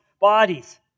Bodies